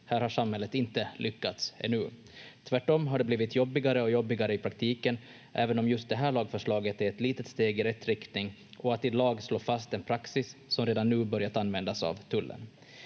Här har samhället inte lyckats ännu. Tvärtom har det blivit jobbigare och jobbigare i praktiken, även om just det här lagförslaget är ett litet steg i rätt riktning och att i lag slå fast den praxis som redan nu börjat användas av Tullen.